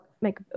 make